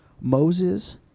Moses